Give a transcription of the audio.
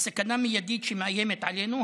וסכנה מיידית שמאיימת עלינו.